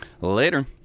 Later